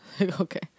Okay